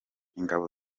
ingabo